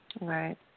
right